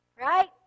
right